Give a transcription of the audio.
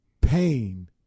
pain